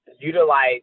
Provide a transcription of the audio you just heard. utilize